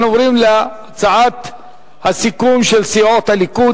אנחנו עוברים להצעת הסיכום של סיעות הליכוד,